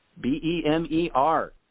B-E-M-E-R